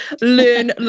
learn